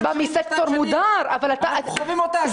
אתה שבא מסקטור מודר --- אנחנו חווים אותה,